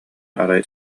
арай